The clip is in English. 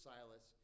Silas